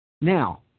Now